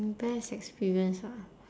best experience ah